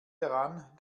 daran